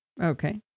Okay